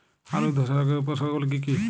আলুর ধসা রোগের উপসর্গগুলি কি কি?